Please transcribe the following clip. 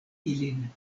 ilin